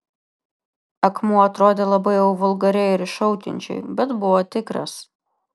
akmuo atrodė labai jau vulgariai ir iššaukiančiai bet buvo tikras